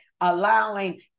allowing